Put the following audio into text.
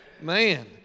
Man